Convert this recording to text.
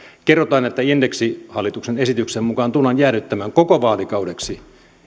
kerrotaan että indeksi hallituksen esityksen mukaan tullaan jäädyttämään koko vaalikaudeksi